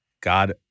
God